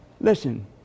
listen